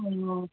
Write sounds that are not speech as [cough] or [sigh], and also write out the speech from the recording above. [unintelligible]